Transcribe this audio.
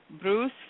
Bruce